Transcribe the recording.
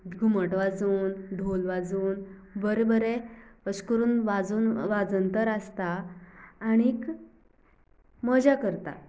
घुमट वाजोन ढोल वाजोन बरे बरे अशें करून वाजोन वांज नतर आसता आनीक मजा करता